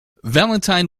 valentine